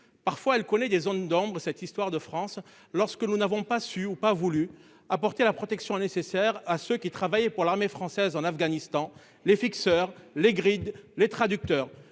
Parfois, elle connaît des zones d'ombres. Cette histoire de France. Lorsque nous n'avons pas su ou pas voulu apporter la protection nécessaire à ceux qui travaillaient pour l'armée française en Afghanistan, les fixeurs, les grilles, les traducteurs.